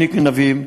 שנגנבים,